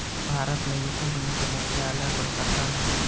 भारत में यूको बैंक के मुख्यालय कोलकाता में बा